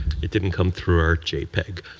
it didn't come through our jpeg,